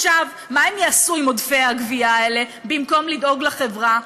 מה הם יעשו עם עודפי הגבייה האלה במקום לדאוג לחברה?